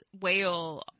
whale